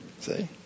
see